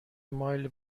مایل